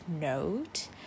note